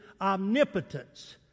omnipotence